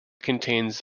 contains